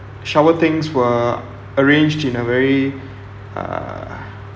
shower things were arranged in a very uh